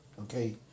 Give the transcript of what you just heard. Okay